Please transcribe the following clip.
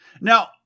Now